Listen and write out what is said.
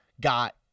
Got